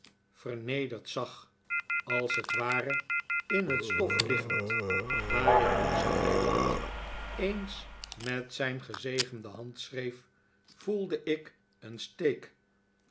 vernederd zag als het ware in het stof liggend waarin onze heiland eens met zijn gezegende hand schreef voelde ik een steek